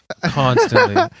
Constantly